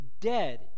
dead